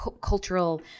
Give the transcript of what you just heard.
cultural